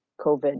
COVID